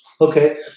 Okay